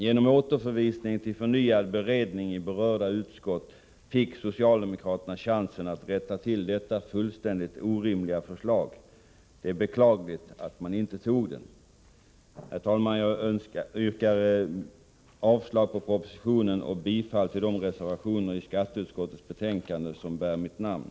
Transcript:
Genom återförvisningen till förnyad beredning i berörda utskott fick socialdemokraterna chansen att rätta till detta fullständigt orimliga förslag. Det är beklagligt att man inte tog chansen. Herr talman! Jag yrkar avslag på propositionen och bifall till de reservationer i skatteutskottets betänkande som bär mitt namn.